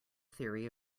theory